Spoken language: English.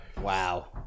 Wow